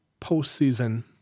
postseason